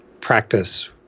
practice